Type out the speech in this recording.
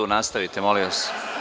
Nastavite, molim vas.